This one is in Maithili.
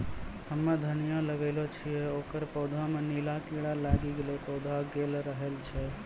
हम्मे धनिया लगैलो छियै ओकर पौधा मे नीला कीड़ा लागी गैलै पौधा गैलरहल छै?